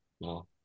no